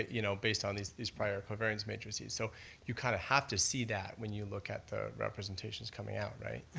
you know based on these these prior covariance matrices, so you kind of have to see that when you look at the representations coming out, right?